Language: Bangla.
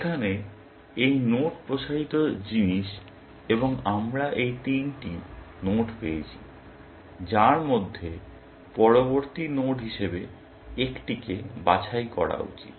এখানে এই নোড প্রসারিত জিনিস এবং আমরা এই তিনটি নোড পেয়েছি যার মধ্যে পরবর্তী নোড হিসেবে একটিকে বাছাই করা উচিত